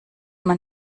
man